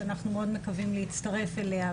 שאנחנו מאוד מקווים להצטרף אליה,